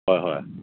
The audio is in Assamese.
হয় হয়